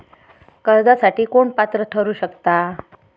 कर्जासाठी कोण पात्र ठरु शकता?